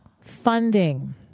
funding